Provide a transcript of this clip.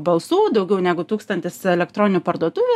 balsų daugiau negu tūkstantis elektroninių parduotuvių